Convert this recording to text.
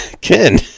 Ken